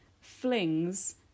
flings